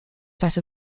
set